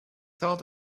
thought